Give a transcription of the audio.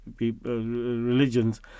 religions